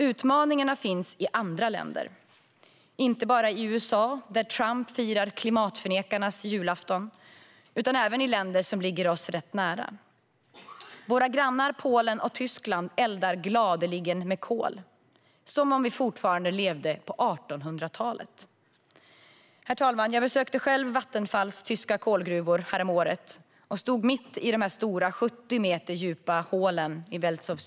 Utmaningarna finns i andra länder, inte bara i USA, där Trump firar klimatförnekarnas julafton, utan även i länder som ligger rätt nära oss. Våra grannar Polen och Tyskland eldar gladeligen med kol, som om vi fortfarande levde på 1800-talet. Herr talman! Jag besökte Vattenfalls tyska kolgruvor häromåret och stod mitt i de 70 meter djupa hålen i Welzow-Süd.